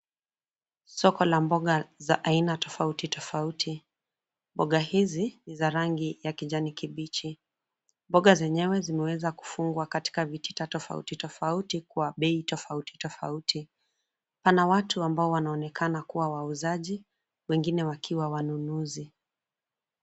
Soko la mboga, za aina tofauti tofauti, mboga hizi, ni za rangi ya kijani kibichi, mboga zenyewe zimeweza kufungwa katika vitita tofauti tofauti kwa bei tofauti tofauti. Pana watu ambao wanaonekana kuwa wauzaji, wengine wakiwa wanunuzi.